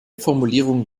formulierungen